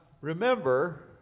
remember